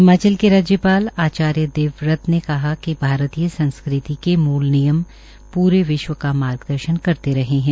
हिमाचल के राज्यपाल आचार्य देवव्रत ने कहा कि भारतीय संस्कृति के मूल नियम पूरे विश्व का मार्ग दर्शन करते रहे है